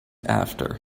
after